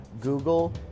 Google